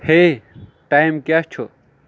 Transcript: ہے time کیٛاہ چھُ